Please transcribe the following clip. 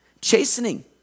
chastening